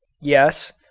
yes